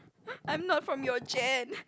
I'm not from your gen